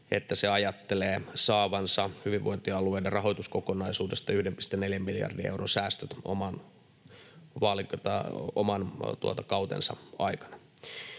että se ajattelee saavansa hyvinvointialueiden rahoituskokonaisuudesta 1,4 miljardin euron säästöt oman kautensa aikana.